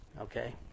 okay